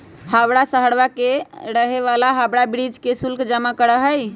हवाड़ा शहरवा के रहे वाला हावड़ा ब्रिज के शुल्क जमा करा हई